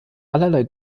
allerlei